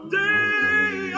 day